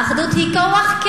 האחדות היא כוח?